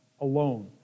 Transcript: alone